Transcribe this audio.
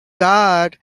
god